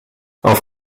auf